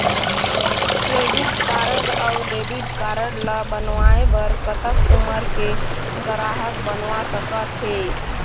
Credit card अऊ debit card ला बनवाए बर कतक उमर के ग्राहक बनवा सका थे?